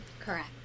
Correct